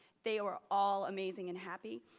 they were all amazing and happy.